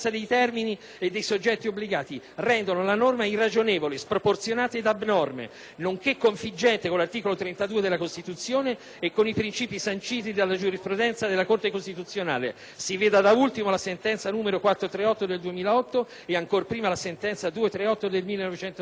dei soggetti obbligati, rendono la norma irragionevole, sproporzionata ed abnorme, nonché configgente con l'articolo 32 della Costituzione e con i principi sanciti dalla giurisprudenza della Corte costituzionale (si veda da ultimo la sentenza n. 438 del 2008 e, ancor prima, la sentenza n. 238 del 1996),